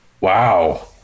Wow